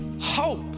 hope